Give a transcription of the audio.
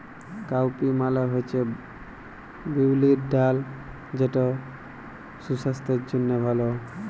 cowpea মালে হছে বিউলির ডাল যেট সুসাস্থের জ্যনহে ভাল